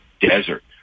desert